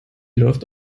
läuft